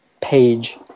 page